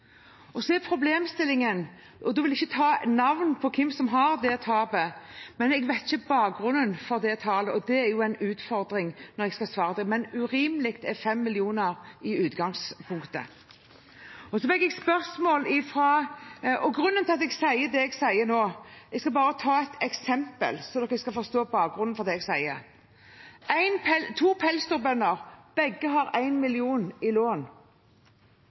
urimelig. Så er problemstillingen – og da vil jeg ikke ta navnet på hvem som har det tapet – at jeg ikke vet bakgrunnen for tallet, og det er jo en utfordring når jeg skal svare. Men 5 mill. kr er i utgangspunktet urimelig. Jeg skal bare ta et eksempel så dere forstår bakgrunnen for det jeg sier nå: To pelsdyrbønder har begge 1 mill. kr i lån.